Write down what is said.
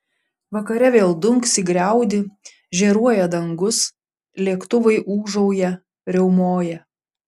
vakare vėl dunksi griaudi žėruoja dangus lėktuvai ūžauja riaumoja